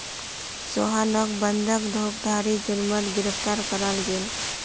सोहानोक बंधक धोकधारी जुर्मोत गिरफ्तार कराल गेल